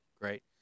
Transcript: great